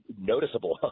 noticeable